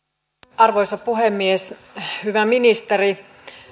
arvoisa puhemies hyvä ministeri